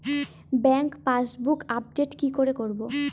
Bank passbook update কি করে করবো?